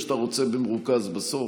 או שאתה רוצה במרוכז בסוף?